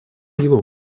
его